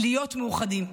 להיות מאוחדים.